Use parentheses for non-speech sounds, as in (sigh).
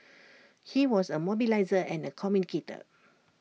(noise) he was A mobiliser and A communicator